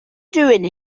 doing